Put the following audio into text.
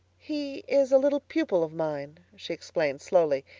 he is a little pupil of mine, she explained slowly.